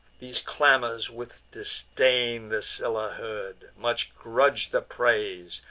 these clamors with disdain the scylla heard, much grudg'd the praise,